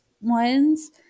ones